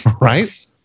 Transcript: right